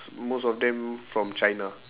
most of them from china